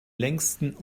längsten